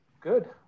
good